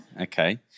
Okay